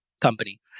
company